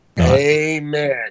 Amen